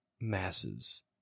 masses